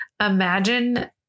imagine